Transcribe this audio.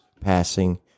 passing